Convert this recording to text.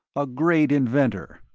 a great inventor,